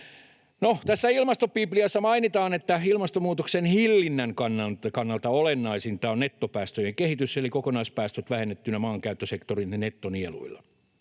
tässä ilmastopipliassa mainitaan, että ilmastonmuutoksen hillinnän kannalta olennaisinta on nettopäästöjen kehitys eli kokonaispäästöt vähennettynä maankäyttösektorin nettonieluilla.